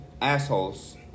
assholes